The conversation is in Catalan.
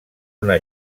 una